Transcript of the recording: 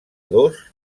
dos